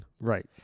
Right